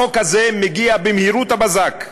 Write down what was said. החוק הזה מגיע במהירות הבזק,